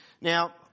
Now